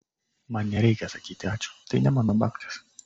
man nereikia sakyti ačiū tai ne mano babkės